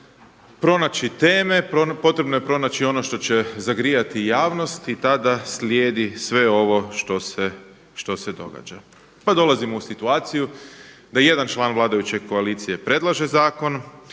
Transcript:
pronaći teme, potrebno je pronaći ono što će zagrijati javnost i tada slijedi sve ovo što se događa. Pa dolazimo u situaciju da jedan član vladajuće koalicije predlaže zakon,